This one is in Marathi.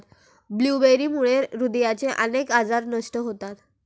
ब्लूबेरीमुळे हृदयाचे अनेक आजार नष्ट होतात